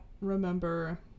remember